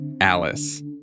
Alice